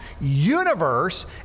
universe